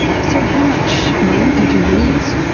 so how much money did you lose?